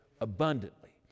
abundantly